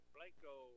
Blanco